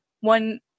one